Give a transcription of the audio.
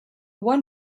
one